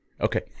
Okay